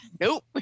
nope